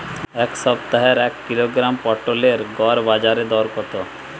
এ সপ্তাহের এক কিলোগ্রাম পটলের গড় বাজারে দর কত?